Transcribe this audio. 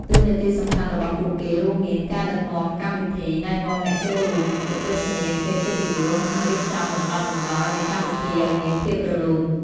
តួនាទីសំខាន់របស់ពួកគេរួមមានការដឹកនាំកម្មវិធី ណែនាំអ្នកចូលរួម ឧទ្ទិសនាមភ្ញៀវកិត្តិយស និងរៀបចំលំដាប់លំដោយនៃកម្មវិធីឱ្យមានភាពរលូន។